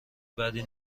بدی